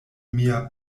mia